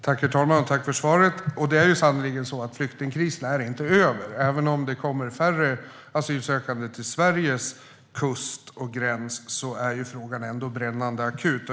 Herr talman! Tack för svaret. Det är sannerligen så att flyktingkrisen inte är över. Även om det kommer färre asylsökande till Sveriges kust och gräns är frågan ändå brännande akut.